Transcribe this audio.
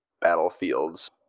battlefields